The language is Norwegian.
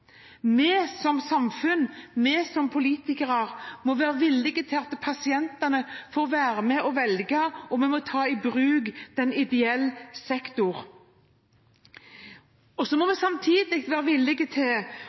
Vi som samfunn og vi som politikere må være villige til å la pasientene få være med og velge, og vi må ta i bruk den ideelle sektoren. Samtidig må vi være villige til